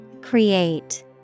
Create